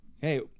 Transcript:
Hey